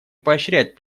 поощрять